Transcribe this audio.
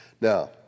Now